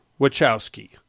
Wachowski